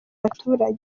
baturage